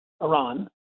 Iran